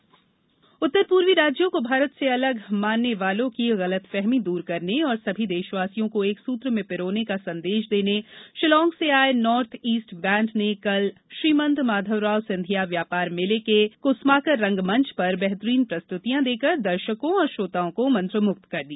Gwalior band प्रस्तुति उत्तर पूर्वी राज्यों को भारत से अलग मानने वालों की गलतफहमी दूर करने और सभी देशवासियों को एकसूत्र में पिरोने का संदेश देने शिलांग से आए नॉर्थ ईस्ट बैंड ने कल श्रीमन्त माधवराव सिंधिया व्यापार मेला के कसमाकर रंगमंच पर बेहतरीन प्रस्तुतियां देकर दर्शकों व श्रोताओं को मंत्रमुग्ध कर दिया